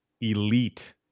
elite